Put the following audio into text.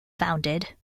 founded